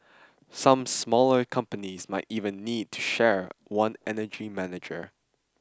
some smaller companies might even need to share one energy manager